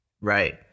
right